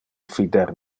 fider